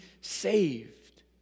saved